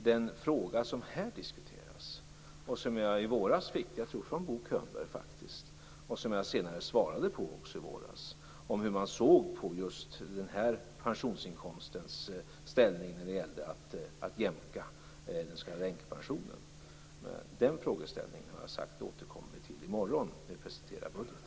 Den fråga som här diskuteras och som jag i våras fick från, tror jag, Bo Könberg och vilken jag senare också svarade på, nämligen hur man såg på den här pensionsinkomstens ställning när det gäller att jämka änkepensionen, återkommer vi till i morgon när vi presenterar budgeten.